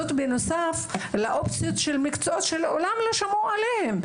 זאת בנוסף לאופציות של מקצועות שמעולם לא שמעו עליהם.